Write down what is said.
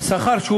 לתביעת שכר בסיסי,